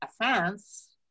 offense